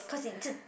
cause it